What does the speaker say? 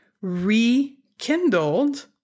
rekindled